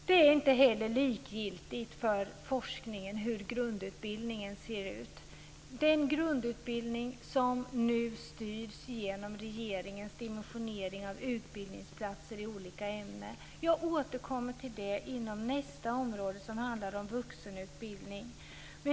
Det är inte heller likgiltigt för forskningen hur grundutbildningen ser ut, den grundutbildning som nu styrts igenom regeringens dimensionering av utbildningsplatser i olika ämnen. Jag återkommer till detta när vi ska debattera nästa område som handlar om vuxenutbildning.